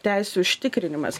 teisių užtikrinimas